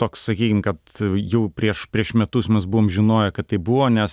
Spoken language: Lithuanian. toks sakykim kad jau prieš prieš metus mes buvom žinoję kad tai buvo nes